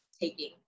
taking